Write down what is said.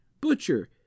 butcher